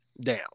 down